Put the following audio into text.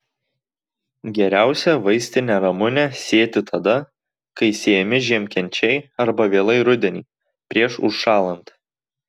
geriausia vaistinę ramunę sėti tada kai sėjami žiemkenčiai arba vėlai rudenį prieš užšąlant